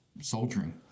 soldiering